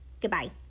goodbye